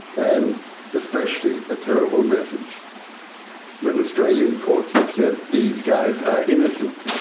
and especially a terrible message when australian courts have said these guys are innocent.